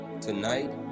Tonight